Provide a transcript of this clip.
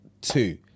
two